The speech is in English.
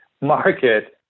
market